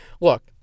Look